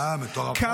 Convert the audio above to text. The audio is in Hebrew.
מטורפות, מטורפות.